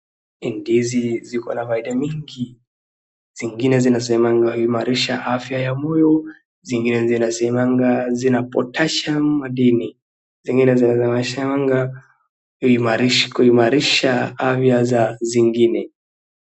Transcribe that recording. Ndizi ziko na faida mingi zingine zinasemanga huimarisha afya ya moyo, zina potassium madini, huimarisha afya za zingine.